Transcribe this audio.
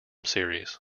series